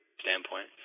standpoint